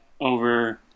over